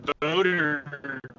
voter